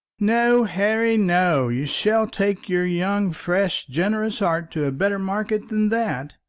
no, harry, no you shall take your young fresh generous heart to a better market than that